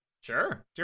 sure